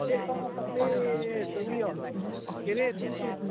ए तल छ ए उयो के अरे तुङसुङ